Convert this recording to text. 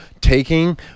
taking